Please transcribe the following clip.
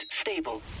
stable